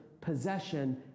possession